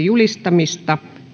julistamisesta